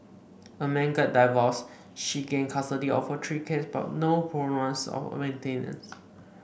a man gets divorced she gains custody of her three kids but no promise of maintenance